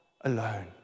alone